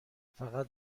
فقط